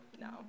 No